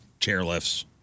chairlifts